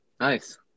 Nice